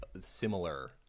similar